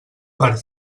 per